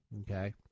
Okay